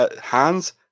Hands